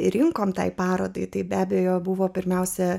rinkom tai parodai tai be abejo buvo pirmiausia